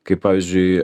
kaip pavyzdžiui